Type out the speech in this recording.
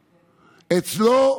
אצלו,